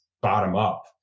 bottom-up